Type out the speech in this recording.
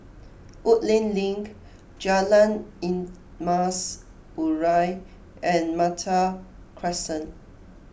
Woodleigh Link Jalan Emas Urai and Malta Crescent